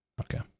Okay